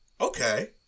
okay